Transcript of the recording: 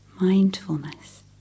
mindfulness